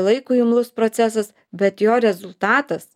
laikui imlus procesas bet jo rezultatas